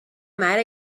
mad